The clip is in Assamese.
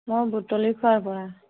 মই বুটলিখোৱাৰ পৰা